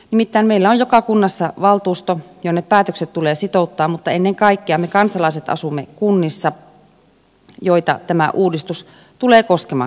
nimittäin meillä on joka kunnassa valtuusto jonne päätökset tulee sitouttaa mutta ennen kaikkea me kansalaiset asumme kunnissa joita tämä uudistus tulee koskemaan